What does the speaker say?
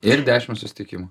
ir dešimt susitikimų